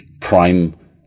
prime